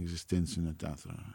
egzistencinio teatro